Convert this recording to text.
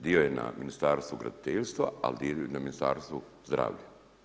Dio je na Ministarstvu graditeljstva al dio na Ministarstvu zdravlja.